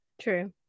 true